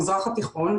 המזרח התיכון,